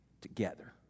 together